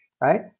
right